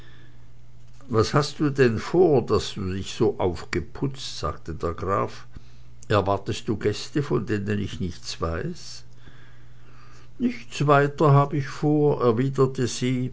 was hast du denn vor daß du dich so aufgeputzt sagte der graf erwartest du gäste von denen ich nichts weiß nichts weiter hab ich vor